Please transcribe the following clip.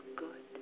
good